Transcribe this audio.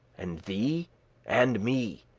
and thee and me.